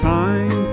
time